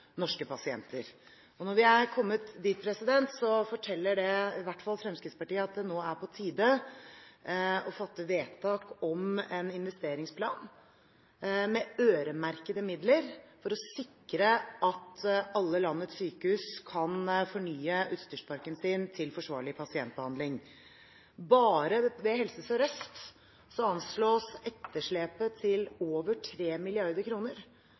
norske pasienter. Når vi er kommet dit, forteller det i hvert fall Fremskrittspartiet at det nå er på tide å fatte vedtak om en investeringsplan med øremerkede midler for å sikre at alle landets sykehus kan fornye utstyrsparken sin til forsvarlig pasientbehandling. Bare ved Helse Sør-Øst anslås etterslepet til over